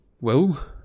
Well